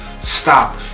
stop